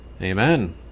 amen